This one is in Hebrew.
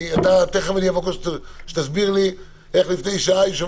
תכף אני אבקש שתסביר לי איך לפני שעה יושב